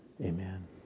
Amen